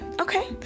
Okay